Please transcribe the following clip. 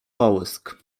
połysk